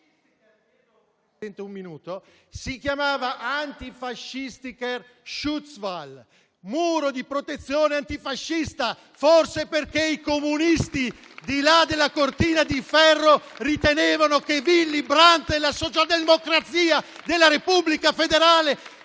si chiamava *antifaschistische schutzwall*, muro di protezione antifascista, forse perché i comunisti, di là della Cortina di ferro, ritenevano che Willy Brandt e la socialdemocrazia della Repubblica federale